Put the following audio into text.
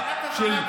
שאלת הבהרה,